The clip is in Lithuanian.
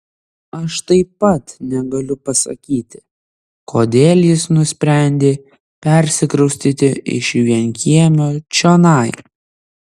aš taip pat negaliu pasakyti kodėl jis nusprendė persikraustyti iš vienkiemio čionai